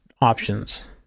options